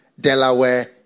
Delaware